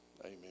amen